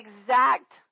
exact